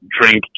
drink